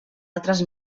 altres